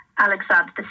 Alexander